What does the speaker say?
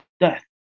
death